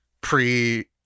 pre